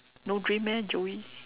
no dream meh Joey